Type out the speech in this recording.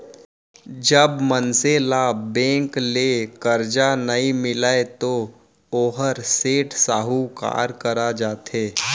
जब मनसे ल बेंक ले करजा नइ मिलय तो वोहर सेठ, साहूकार करा जाथे